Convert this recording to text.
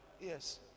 Yes